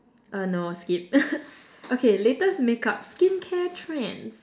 uh no skip okay latest makeup skin care trends